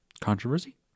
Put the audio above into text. Controversy